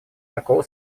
такого